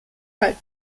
halt